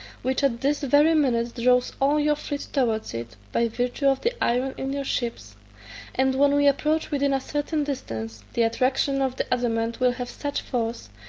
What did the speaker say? which at this very minute draws all your fleet towards it, by virtue of the iron in your ships and when we approach within a certain distance, the attraction of the adamant will have such force,